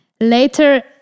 later